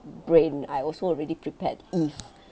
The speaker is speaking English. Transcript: brain I also already prepared if